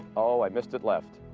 oh i missed it left.